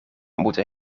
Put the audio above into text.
moeten